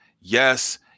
yes